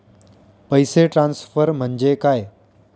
पैसे ट्रान्सफर म्हणजे काय?